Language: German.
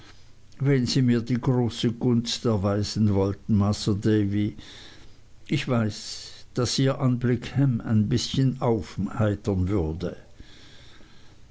wenn sie mir die große gunst erweisen wollten masr davy ich weiß daß ihr anblick ham ein bißchen aufheitern würde